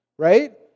Right